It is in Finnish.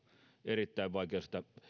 erittäin vaikeasta